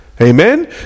Amen